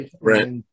right